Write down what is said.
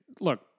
Look